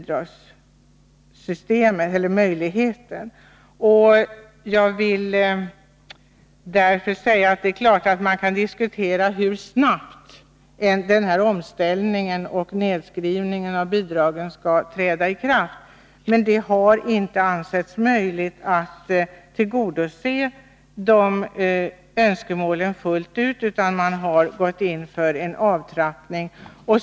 Det är klart att man kan diskutera hur snabbt denna omställning och nedskrivning av bidragen skall träda i kraft, men det har inte ansetts möjligt att tillgodose de önskemålen fullt ut, utan man har gått in för en avtrappning.